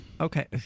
okay